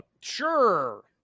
Sure